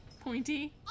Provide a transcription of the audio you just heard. Pointy